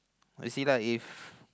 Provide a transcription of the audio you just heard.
I see lah if